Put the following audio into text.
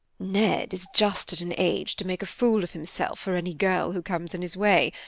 ned is just at an age to make a fool of himself for any girl who comes in his way.